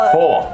Four